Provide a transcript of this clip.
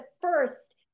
first